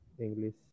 English